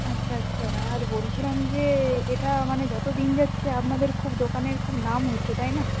আচ্ছা আচ্ছা আর বলছিলাম যে এটা মানে যত দিন যাচ্ছে আপনাদের খুব দোকানের খুব নাম হচ্ছে তাই না